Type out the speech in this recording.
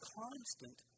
constant